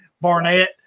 Barnett